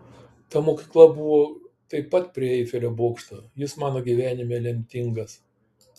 ta mokykla buvo taip pat prie eifelio bokšto jis mano gyvenime lemtingas